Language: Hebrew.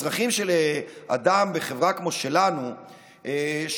הצרכים של אדם בחברה כמו שלנו שונים.